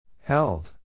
Held